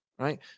right